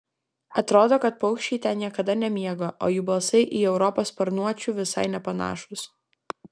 atrodo kad paukščiai ten niekada nemiega o jų balsai į europos sparnuočių visai nepanašūs